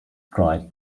dry